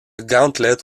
gauntlet